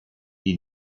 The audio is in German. die